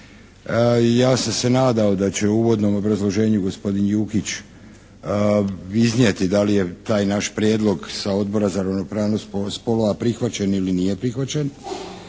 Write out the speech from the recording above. Ja sam se nadao da će u uvodnom obrazloženju gospodin Jukić iznijeti da li je taj naš prijedlog sa Odbora za ravnopravnost spolova prihvaćen ili nije prihvaćen,